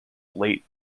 lake